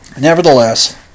Nevertheless